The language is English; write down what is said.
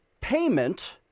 payment